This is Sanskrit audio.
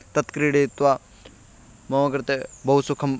तत् क्रीडयित्वा मम कृते बहु सुखं